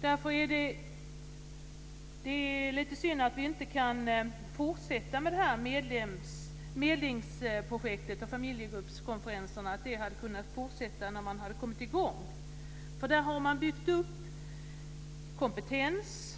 Därför är det lite synd att vi inte kan fortsätta med medlingsprojektet och med familjegruppskonferensen när man nu kommit i gång. Där har man nämligen byggt upp en kompetens.